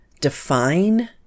define